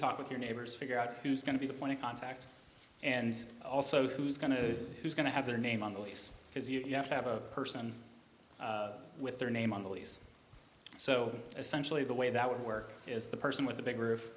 talk with your neighbors figure out who's going to be the point of contact and also through who's going to who's going to have their name on the lease because you have to have a person with their name on the lease so essentially the way that would work is the person with the big